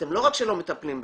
אתם לא רק שלא מטפלים בזה,